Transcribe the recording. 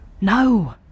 no